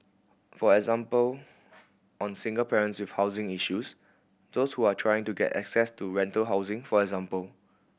for example on single parents with housing issues those who are trying to get access to rental housing for example